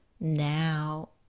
now